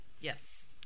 Yes